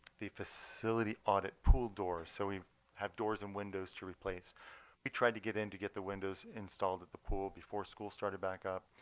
the facility audit pool door so we have doors and windows to replace we tried to get in to get the windows installed at the pool before school started back up.